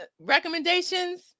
recommendations